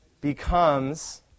becomes